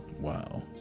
wow